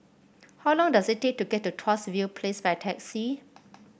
how long does it take to get to Tuas View Place by taxi